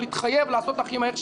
להתחייב לעשות הכי מהר שאפשר.